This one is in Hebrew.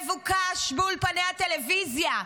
מבוקש באולפני הטלוויזיה,